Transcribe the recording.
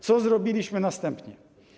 Co zrobiliśmy następnie?